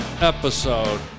episode